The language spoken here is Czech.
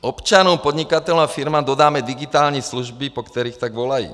Občanům, podnikatelům a firmám dodáme digitální služby, po kterých tak volají.